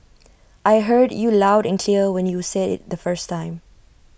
I heard you loud and clear when you said IT the first time